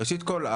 ראשית כל,